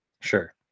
sure